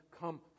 come